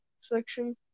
section